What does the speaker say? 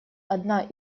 одна